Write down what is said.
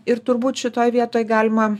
ir turbūt šitoj vietoj galima